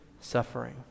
suffering